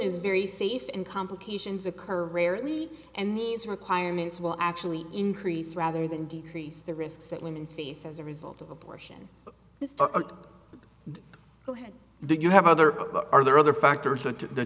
is very safe and complications occur rarely and these requirements will actually increase rather than decrease the risks that women face as a result of abortion who had do you have other are there other factors